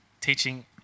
teaching